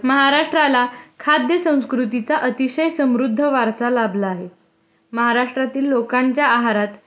महाराष्ट्राला खाद्य संस्कृतीचा अतिशय समृद्ध वारसा लाभला आहे महाराष्ट्रातील लोकांच्या आहारात